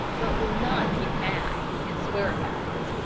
but will not get mad and swear about it.